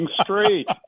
straight